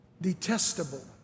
detestable